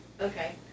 Okay